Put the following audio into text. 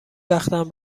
وقتم